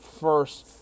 first